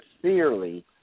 sincerely